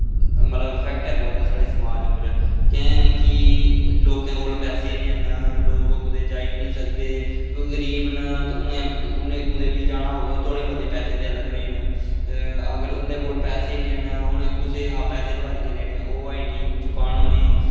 मतलब इफैक्ट ऐ प'वा दा समाज पर कैंह् कि लोकें कोल पैसे निं हैन लोग कुदै जाई बी निं सकदे कि गरीब न उ'नें कुदै बी जाना होग ते थोह्ड़े मते पैसे ते लग्गने न अगर उं'दै कोल पैसे निं हैन उ'नें कुसै शा पैसे दोआरियां लैने ओह् नां चुकान होने